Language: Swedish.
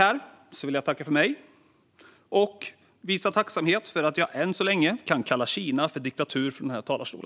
Jag vill, fru talman, visa tacksamhet för att jag än så länge kan kalla Kina för diktatur från denna talarstol.